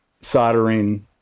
soldering